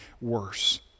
worse